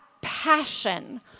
passion